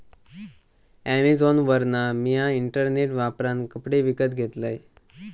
अॅमेझॉनवरना मिया इंटरनेट वापरान कपडे विकत घेतलंय